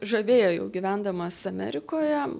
žavėjo jau gyvendamas amerikoje